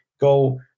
go